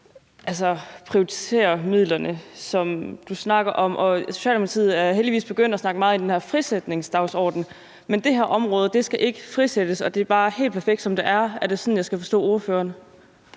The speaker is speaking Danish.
prioritere midlerne, som du snakker om. Og Socialdemokratiet er heldigvis begyndt at tale meget ind i den her frisætningsdagsorden. Men det her område skal ikke frisættes, og det er bare helt perfekt, som det er. Er det sådan, jeg skal forstå ordføreren?